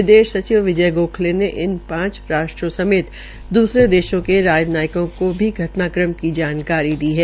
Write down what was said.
विदेश सचिव विजय गोखले ने भी पांच राष्ट्रों समेत दूसरे देशों के राजनायकों को घटनाक्रम की जानकारी दी है